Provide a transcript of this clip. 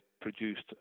produced